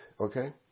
Okay